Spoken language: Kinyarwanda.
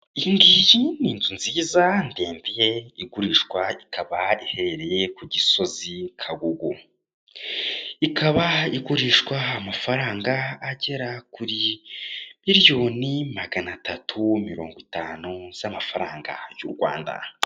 Iyi ngiyi ni inzu nziza ndende igurishwa ikaba ihereye ku gisozi kabugu ikaba igurishwa amafaranga agera kuri miliyoni magana atatu mirongo itanu z'amafaranga y'u Rwanda.